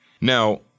Now